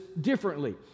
differently